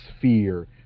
fear